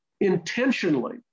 intentionally